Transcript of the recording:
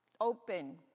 open